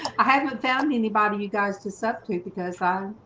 i haven't found anybody you guys to suck to it because i